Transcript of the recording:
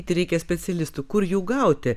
tereikia specialistų kur jų gauti